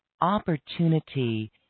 opportunity